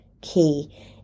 key